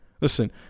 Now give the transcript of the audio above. Listen